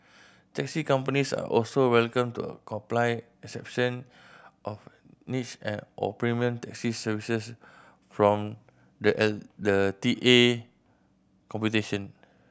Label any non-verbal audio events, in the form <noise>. taxi companies are also welcome to <unintelligible> of niche and or premium taxi <unintelligible> from the L the T A computation